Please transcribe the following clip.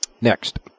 Next